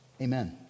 Amen